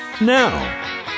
Now